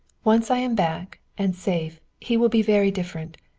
once i am back, and safe, he will be very different.